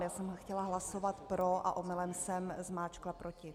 Já jsem chtěla hlasovat pro a omylem jsem zmáčkla proti.